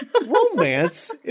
Romance